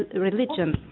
ah religion